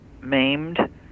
maimed